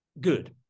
good